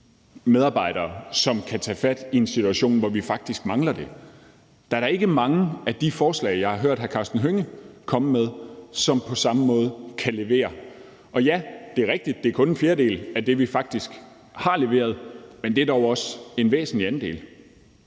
medarbejdere, som kan tage fat, i en situation, hvor vi faktisk mangler det. Der er da ikke mange af de forslag, jeg har hørt hr. Karsten Hønge komme med, som på samme måde kan levere. Og ja, det er rigtigt, at det kun er en fjerdedel af det, vi faktisk har leveret, men det er dog også en væsentlig andel.